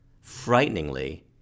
Frighteningly